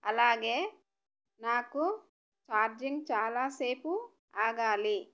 అలాగే నాకు ఛార్జింగ్ చాలా సేపు ఆగాలి